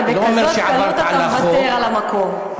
ובכזאת קלות אתה מוותר על המקום.